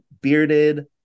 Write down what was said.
bearded